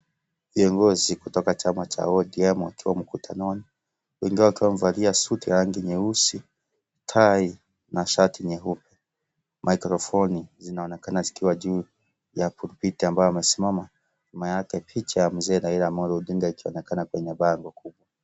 Viongozi kutoka chama cha ODM wakiwa mkutanoni , wengine wakiwa wamevalia suti za rangi nyeusi ,tai na shati nyeupe . Maikrofoni zinaonekana zikiwa juu ya pullpit ambayo imesimama ,nyuma yake picha ya Mzee Raila Amolo Odinga ikionekana kwenye bango kuu.